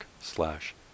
slash